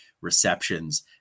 receptions